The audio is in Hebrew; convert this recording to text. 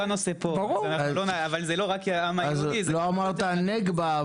לא אמרת הנגבה,